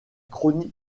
chronique